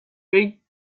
reached